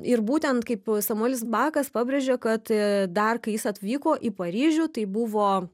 ir būtent kaip samuelis bakas pabrėžė kad dar kai jis atvyko į paryžių tai buvo